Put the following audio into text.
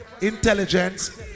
intelligence